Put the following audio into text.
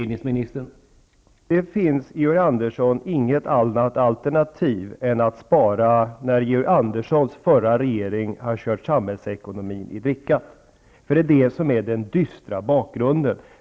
Herr talman! Det finns, Georg Andersson, inget annat alternativ än att spara, eftersom den förra regeringen kört ned samhällsekonomin. Det är ju detta som är den bistra bakgrunden.